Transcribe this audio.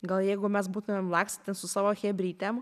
gal jeigu mes būtumėm lakstę su savo chebrytėm